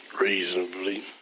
Reasonably